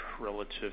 relative